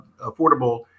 affordable